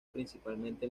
principalmente